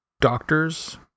doctors